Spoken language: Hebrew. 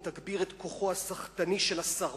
היא תגביר את כוחו הסחטני של הסרבן,